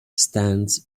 stands